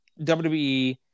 WWE